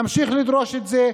נמשיך לדרוש את זה,